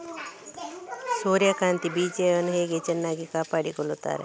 ಸೂರ್ಯಕಾಂತಿ ಬೀಜಗಳನ್ನು ಹೇಗೆ ಚೆನ್ನಾಗಿ ಕಾಪಾಡಿಕೊಳ್ತಾರೆ?